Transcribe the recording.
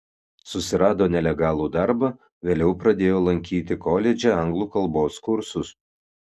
susirado nelegalų darbą vėliau pradėjo lankyti koledže anglų kalbos kursus